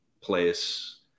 place